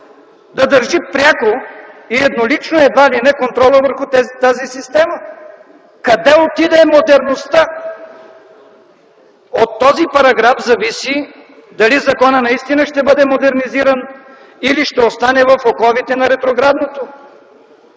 да държи пряко и еднолично едва ли не контрола върху тази система. Къде отиде модерността?! От този параграф зависи дали закона наистина ще бъде модернизиран или ще остане в оковите на ретроградното.